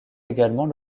également